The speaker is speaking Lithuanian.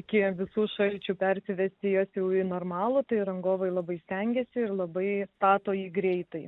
iki visų šalčių persivesti jas jau į normalų tai rangovai labai stengiasi ir labai stato jį greitai